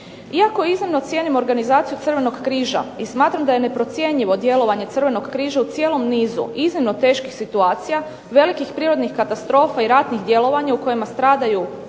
Iako iznimno cijenim organizaciju Crvenog križa i smatram da je neprocjenjivo djelovanje Crvenog križa u cijelom nizu iznimno teških situacija velikih prirodnih katastrofa i ratnih djelovanja u kojima stradaju